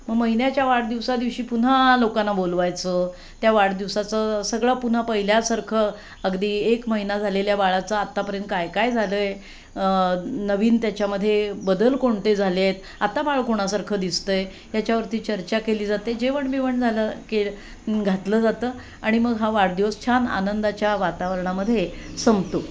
मग महिन्याच्या वाढदिवसादिवशी पुन्हा लोकांना बोलवायचं त्या वाढदिवसाचं सगळं पुन्हा पहिल्यासारखं अगदी एक महिना झालेल्या बाळाचं आत्तापर्यंत काय काय झालं आहे नवीन त्याच्यामध्ये बदल कोणते झाले आहेत आता बाळ कोणासारखं दिसत आहे याच्यावरती चर्चा केली जाते जेवण बिवण झालं की घातलं जातं आणि मग हा वाढदिवस छान आनंदाच्या वातावरणामध्ये संपतो